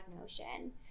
notion